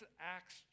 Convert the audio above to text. Acts